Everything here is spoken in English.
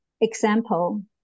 example